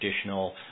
additional